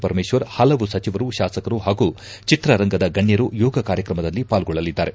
ಪರಮೇಶ್ವರ್ ಹಲವು ಸಚಿವರು ಶಾಸಕರು ಪಾಗೂ ಚಿತ್ರರಂಗದ ಗಣ್ಠರು ಯೋಗ ಕಾರ್ಯತ್ರಮದಲ್ಲಿ ಪಾಲ್ಗೊಳ್ಳಲಿದ್ದಾರೆ